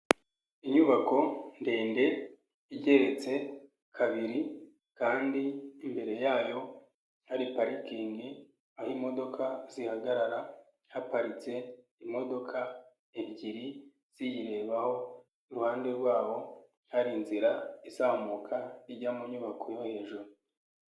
Inyubako ndende igeretse kabiri, kandi imbere yayo hari parikingi, aho imodoka zihagarara haparitse imodoka ebyiri ziyirebaho, iruhande rwabo hari inzira izamuka ijya mu nyubako yo hejuru.